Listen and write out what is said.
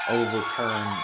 overturn